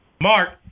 Mark